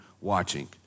watching